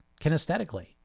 kinesthetically